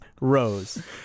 Rose